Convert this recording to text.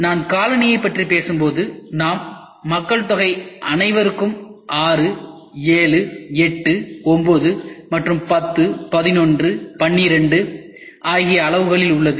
நான் காலணிப் பற்றி பேசும்போது நம் மக்கள் தொகை அனைவருக்கும் 6 7 8 9 மற்றும் 10 11 12 ஆகிய அளவுகளில் உள்ளது